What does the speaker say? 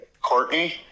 Courtney